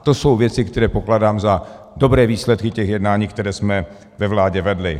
To jsou věci, které pokládám za dobré výsledky těch jednání, které jsme ve vládě vedli.